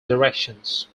directions